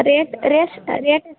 rate ರೇಶ್ rate ಎಷ್ಟು